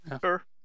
Sure